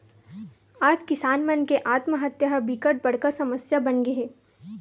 आज किसान मन के आत्महत्या ह बिकट बड़का समस्या बनगे हे